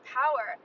power